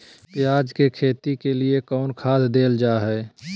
प्याज के खेती के लिए कौन खाद देल जा हाय?